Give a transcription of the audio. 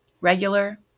regular